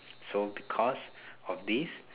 so because of this